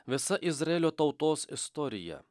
visa izraelio tautos istorija